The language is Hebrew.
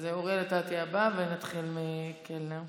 אוריאל, אתה תהיה הבא, ונתחיל מקלנר.